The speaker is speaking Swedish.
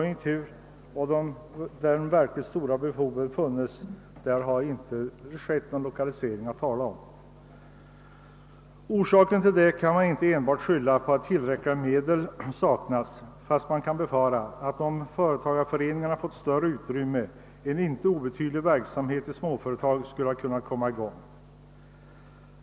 Där de verkligt stora behoven funnits har det inte gjorts någon lokalisering att tala om. Detta kan man inte enbart skylla på att tillräckliga medel saknats, fast man kan förmoda att om företagareföreningarna fått större utrymme en inte obetydlig verksamhet i småföretag skulle ha kunnat komma i gång.